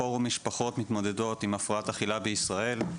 פורום משפחות מתמודדות עם הפרעת אכילה בישראל,